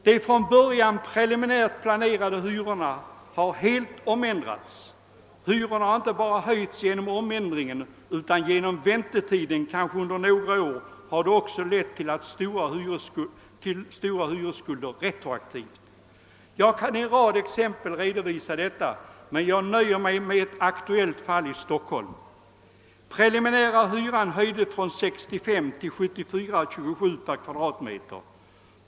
De från början preliminärt satta hyrorna har höjts och på grund av att det dröjt kanske några år innan hyrorna fastställts har hyresgästerna fått stora hyresskulder retroaktivt. Jag kan med en rad exempel belysa detta, men jag nöjer mig med ett aktuellt fall i Stockholm. Den preliminära hyran höjdes från 65 till 74: 27 kr. per kvadratmeter.